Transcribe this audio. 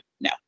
No